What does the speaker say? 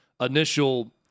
initial